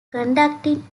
conducting